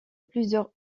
plusieurs